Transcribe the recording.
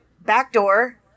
backdoor